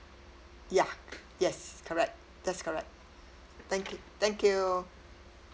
ya yes correct that's correct thank you thank you